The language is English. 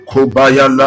Kubaya